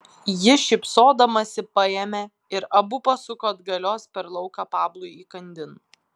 ji šypsodamasi paėmė ir abu pasuko atgalios per lauką pablui įkandin